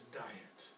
diet